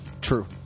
True